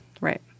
Right